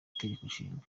itegekonshinga